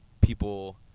people